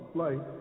light